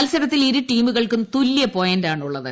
മത്സരത്തിൽ ഇരുടീമുകൾക്കും തുല്യ പോയിന്റാണുള്ളത്